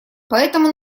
поэтому